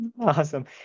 Awesome